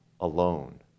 alone